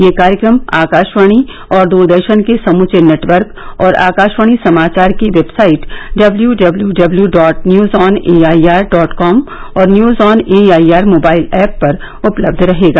यह कार्यक्रम आकाशवाणी और दरदर्शन के समचे नेटवर्क और आकाशवाणी समाचार की website W W W dot news on A I R dot com और news on A I R mobile app पर उपलब्ध रहेगा